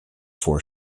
four